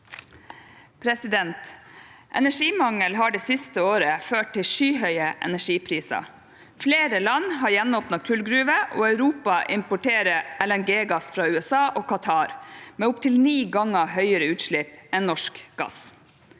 Energimangel har det siste året ført til skyhøye energipriser. Flere land har gjenåpnet kullgruver, og Europa importerer LNG-gass fra USA og Qatar med opptil ni ganger høyere utslipp enn norsk gass.